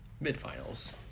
Mid-finals